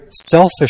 selfish